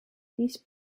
these